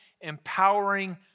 empowering